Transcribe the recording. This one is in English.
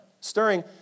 stirring